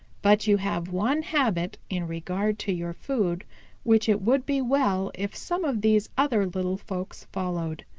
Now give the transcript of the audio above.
but you have one habit in regard to your food which it would be well if some of these other little folks followed.